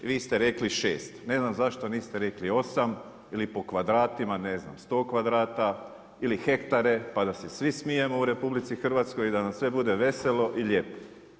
Vi ste rekli 6. Ne znam zašto niste rekli 8 ili po kvadratima ne znam 100 kvadrata ili hektare pa da se svi smijemo u RH i da nam sve bude veselo i lijepo.